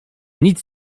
nic